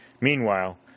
Meanwhile